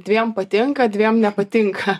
dviem patinka dviem nepatinka